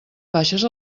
baixes